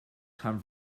come